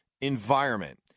environment